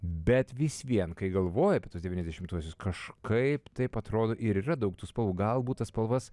bet vis vien kai galvoji apie devyniasdešimtuosius kažkaip taip atrodo ir yra daug tų spalvų galbūt tas spalvas